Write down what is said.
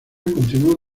continuó